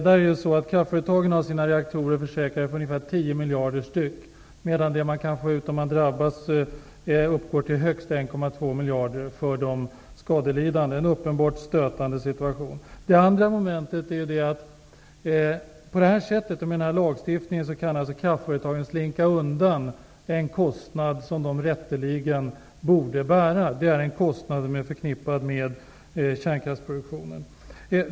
Kraftföretagen har sina reaktorer försäkrade för ungefär 10 miljarder styck medan det belopp man kan få ut om man drabbas uppgår till högst 1,2 miljarder för de skadelidande. Detta är ett uppenbart stötande förhållande. Det andra momentet är att med denna lagstiftning kan alltså kraftföretagen slinka undan en kostnad som de rätteligen borde bära, en kostnad som är förknippad med kärnkraftsproduktionen.